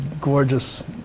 gorgeous